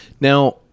Now